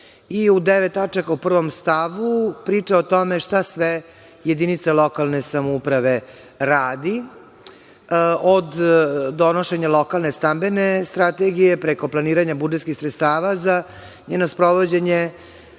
U devet tačaka u prvom stavu, priča o tome šta sve jedinica lokalne samouprave rade, od donošenja lokalne stambene strategije, preko planiranja budžetskih sredstava za njeno sprovođenje